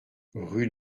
rue